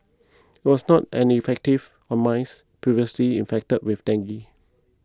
it was not any effective on mice previously infected with dengue